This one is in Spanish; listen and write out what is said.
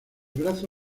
brazo